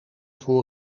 voor